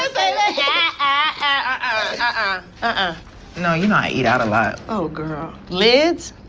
i ah you know you know i eat out a lot oh, girl lids?